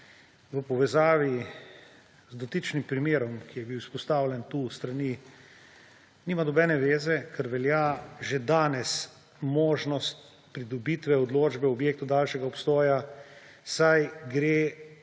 v povezavi z dotičnim primerom, ki je bil izpostavljen tu s strani, nima nobene zveze, ker velja že danes možnost pridobitve odločbe o objektu daljšega obstoja, saj gre